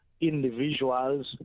individuals